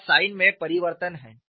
यहाँ साइन में परिवर्तन है